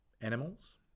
animals